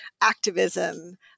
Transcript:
activism